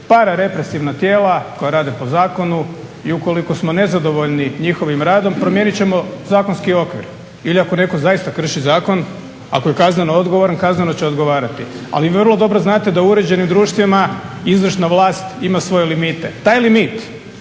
pararepresivna tijela koja rade po zakonu i ukoliko smo nezadovoljni njihovim radom promijenit ćemo zakonski okvir ili ako netko zaista krši zakon, ako je kazneno odgovoran kazneno će odgovarati. Ali vrlo dobro znate da u uređenim društvima izvršna vlast ima svoje limite. Taj limit